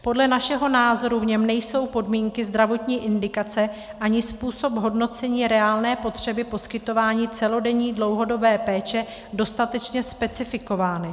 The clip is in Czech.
Podle našeho názoru v něm nejsou podmínky zdravotní indikace ani způsob hodnocení reálné potřeby poskytování celodenní dlouhodobé péče dostatečně specifikovány.